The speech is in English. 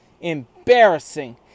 Embarrassing